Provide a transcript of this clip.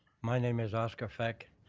my name is oscar fech.